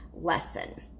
lesson